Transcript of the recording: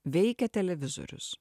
veikė televizorius